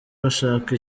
bashaka